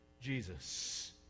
Jesus